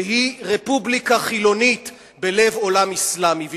שהיא רפובליקה חילונית בלב עולם אסלאמי.